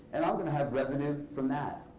and i'm going to have revenue from that.